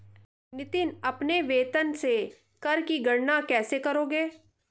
नितिन अपने वेतन से कर की गणना कैसे करेगा?